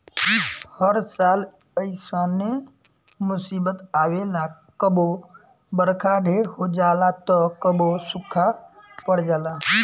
हर साल ऐइसने मुसीबत आवेला कबो बरखा ढेर हो जाला त कबो सूखा पड़ जाला